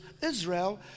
Israel